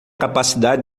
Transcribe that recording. capacidade